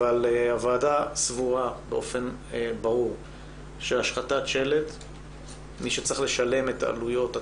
אבל הוועדה סבורה באופן ברור שמי שצריך לשלם עלויות על